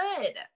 good